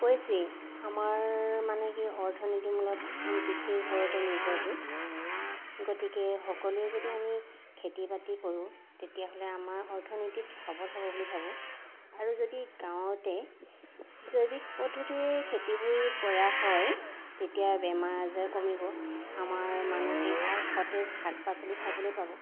কৈছোঁৱেই আমাৰ মানে কি অৰ্থনীতি মূলত কৃষিৰ ওপৰতেই নিৰ্ভৰশীল গতিকে সকলোৱেই যদি আমি খেতি বাতি কৰোঁ তেতিয়াহ'লে আমাৰ অৰ্থনীতিত সবল হ'ব বুলি ভাবোঁ আৰু যদি গাঁৱতে জৈৱিক পদ্ধতিৰে খেতিবোৰ কৰা হয় তেতিয়া বেমাৰ আজাৰ কমিব আমাৰ মানুহে সতেজ শাক পাচলি খাবলৈ পাব